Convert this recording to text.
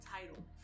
title